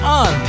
on